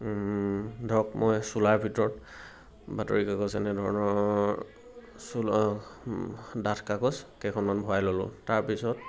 ধৰক মই চোলাৰ ভিতৰত বাতৰি কাগজ এনেধৰণৰ চোলা ডাঠ কাগজ কেইখনমান ভৰাই ল'লোঁ তাৰপিছত